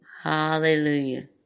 Hallelujah